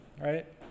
right